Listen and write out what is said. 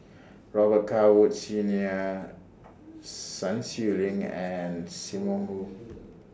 Robet Carr Woods Senior Sun Xueling and SIM Wong Hoo